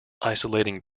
isolating